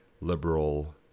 liberal